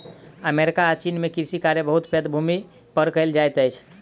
America आ चीन में कृषि कार्य बहुत पैघ भूमि पर कएल जाइत अछि